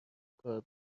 کار